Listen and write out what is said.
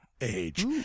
age